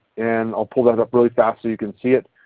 and i'll pull that up really fast so you can see it.